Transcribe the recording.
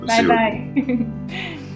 Bye-bye